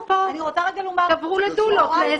תעברו לדולות.